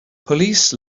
police